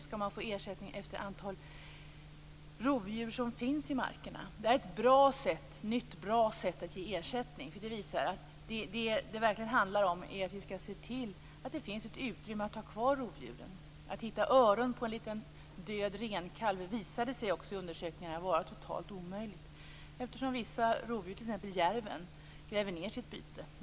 Det här är ett nytt bra sätt att ge ersättning. Det visar att det handlar om att vi skall se till att det finns utrymme för att ha kvar rovdjuren. Att hitta öron på en liten död renkalv visade sig i undersökningar vara totalt omöjligt eftersom vissa rovdjur, t.ex. djärven, gräver ned sitt byte.